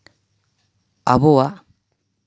ᱟᱵᱚᱣᱟᱜ